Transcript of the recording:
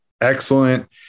excellent